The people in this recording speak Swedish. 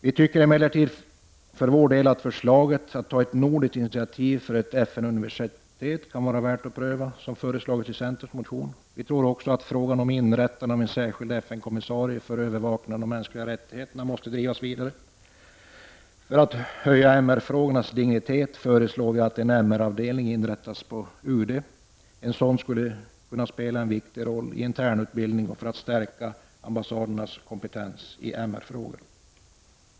Vi tycker emellertid för vår del att förslaget att ta ett nordiskt initiativ för ett FN-universitet kan vara värt att pröva, som föreslagits i centerns motion. Vi tror också att frågan om inrättande av en särskild FN-kommissarie för övervakning av de mänskliga rättigheterna måste drivas vidare. För att höja MR-frågornas dignitet föreslår vi att en MR-avdelning inrättas på UD. En sådan skulle kunna spela en viktig roll i internutbildning och för att stärka ambassadernas kompetens i MR-frågor.